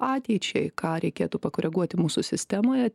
ateičiai ką reikėtų pakoreguoti mūsų sistemoje